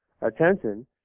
attention